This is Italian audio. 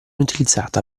utilizzata